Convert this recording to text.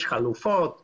יש חלופות בחוק.